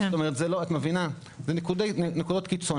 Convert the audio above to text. זה נקודות קיצון.